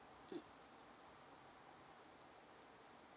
mm